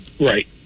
Right